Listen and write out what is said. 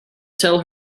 tell